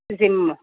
झिम